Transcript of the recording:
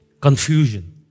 confusion